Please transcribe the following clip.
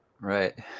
Right